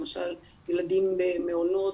למשל ילדים במעונות,